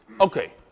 Okay